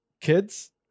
kids